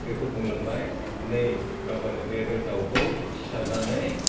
बिखौ बुंलांबाय नै बाबानो बे बे दाउखौ सिथारनानै